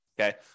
okay